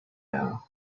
now